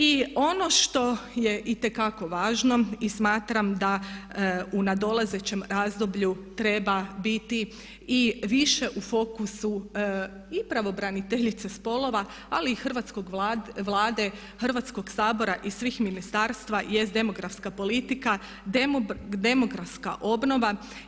I ono što je itekako važno i smatram da u nadolazećem razdoblju treba biti i više u fokusu i pravobraniteljice spolova, ali i hrvatske Vlade, Hrvatskog sabora i svih ministarstva jest demografska politika, demografska obnova.